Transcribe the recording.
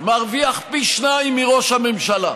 מרוויח פי שניים מראש הממשלה.